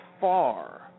far